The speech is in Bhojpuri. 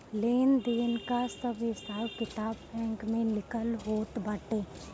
लेन देन कअ सब हिसाब किताब बैंक में लिखल होत बाटे